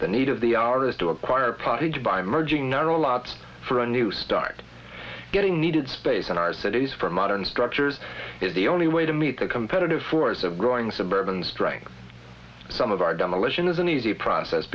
the need of the artist to acquire pottage by merging are a lot for a new start getting needed space in our cities for modern structures is the only way to meet the competitive force of growing suburban strength some of our demolition is an easy process